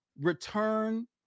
return